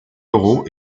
lorho